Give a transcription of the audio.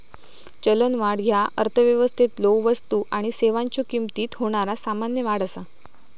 चलनवाढ ह्या अर्थव्यवस्थेतलो वस्तू आणि सेवांच्यो किमतीत होणारा सामान्य वाढ असा